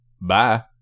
Bye